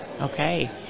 okay